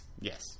Yes